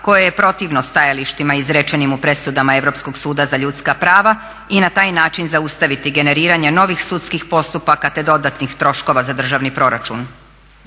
koje je protivno stajalištima izrečenim u presudama Europskog suda za ljudska prava i na taj način zaustaviti generiranje novih sudskih postupaka, te dodatnih troškova za državni proračun.